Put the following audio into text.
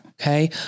Okay